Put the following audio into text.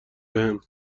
بهم